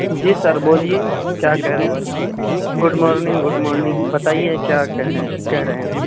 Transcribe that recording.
جی sir بولیے کیا کہہ رہے ہیں گڈ مارننگ گڈ مارننگ بتائیے کیا کہنے کہہ رہے ہیں